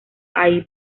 ahí